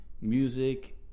music